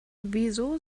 wieso